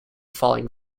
falling